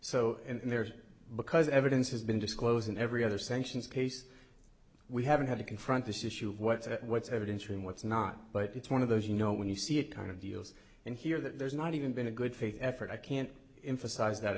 and there's because evidence has been disclosed in every other sanctions case we haven't had to confront this issue of what's what's evidence and what's not but it's one of those you know when you see it kind of deals and hear that there's not even been a good faith effort i can't emphasize that